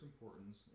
importance